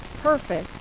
perfect